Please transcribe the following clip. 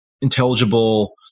intelligible